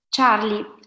Charlie